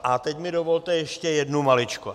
A teď mi dovolte ještě jednu maličkost.